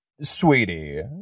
Sweetie